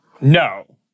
No